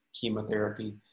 chemotherapy